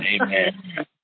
amen